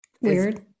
weird